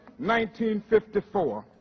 1954